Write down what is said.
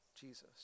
Jesus